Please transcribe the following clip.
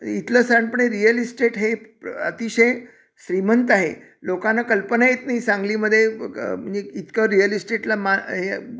इथलं साणपणे real estate हे प्र अतिशय श्रीमंत आहे लोकांना कल्पना येत नाही सांगलीमध्ये ग म्हणजे इतकं रिअल इस्टेटला मा हे